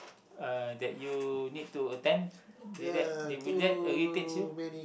uh that you need to attend did that did will that irritates you